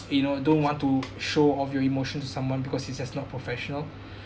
you know don't want to show off your emotions to someone because it's just not professional